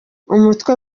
umutwe